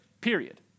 period